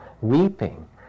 weeping